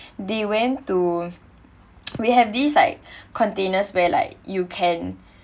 they went to we have these like containers where like you can